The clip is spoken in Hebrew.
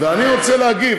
ואני רוצה להגיב.